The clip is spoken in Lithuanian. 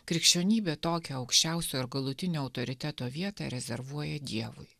krikščionybė tokią aukščiausio ir galutinio autoriteto vietą rezervuoja dievui